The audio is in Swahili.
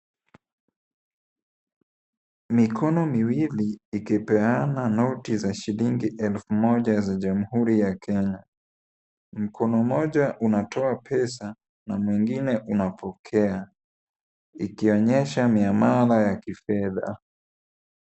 Mikono miwili ikipeana noti za shilingi elfu moja za jamhuri ya Kenya. Mkono mmoja unatoa pesa na mwingine unapokea, ikionyesha miamala ya kifedha.